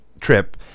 trip